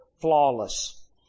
Flawless